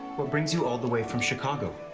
what brings you all the way from chicago?